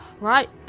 Right